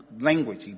language